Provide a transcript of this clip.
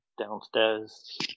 Downstairs